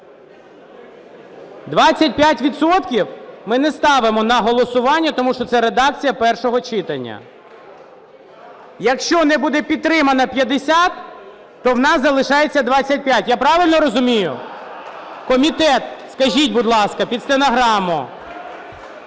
ми не ставимо на голосування, тому що це редакція першого читання. Якщо не буде підтримано 50, то в нас залишається 25. Я правильно розумію? Комітет, скажіть, будь ласка, під стенограму.